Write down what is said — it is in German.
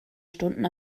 stunden